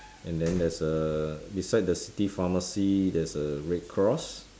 and then there's a beside the city pharmacy there's a red cross